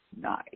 Nice